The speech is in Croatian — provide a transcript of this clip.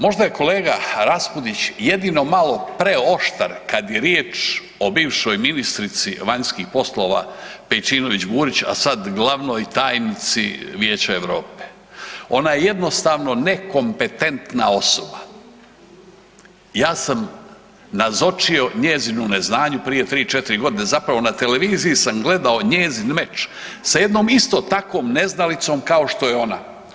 Možda je kolega RAspudić jedino malo preoštar kad je riječ o bivšoj ministrici vanjskih poslova Pejčinović Burić, a sad glavnoj tajnici Vijeća Europe, ona je jednostavno nekompetentna osoba, ja sam nazočio njezinu neznanju prije tri, četiri godine, zapravo na televiziji sam gledao njezin meč sa jednom isto takvom neznalicom kao što je ona.